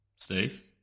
Steve